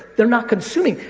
they're not consuming.